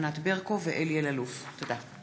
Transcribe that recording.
ענת ברקו ואלי אלאלוף בנושא: הסדרת מעמדם של